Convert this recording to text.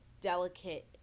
delicate